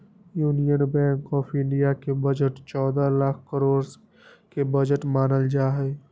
union bank of India के budget चौदह लाख करोड के बजट मानल जाहई